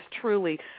truly